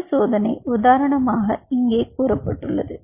ஒரு சோதனை உதாரணமாக கூறப்படுகிறது